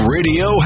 Radio